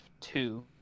two